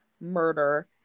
murder